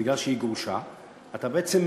חבר הכנסת שטרית נמצא פה, אני מקווה.